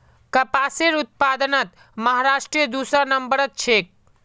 कपासेर उत्पादनत महाराष्ट्र दूसरा नंबरत छेक